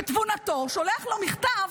בתבונתו, שולח לה מכתב: